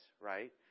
Right